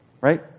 right